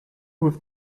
with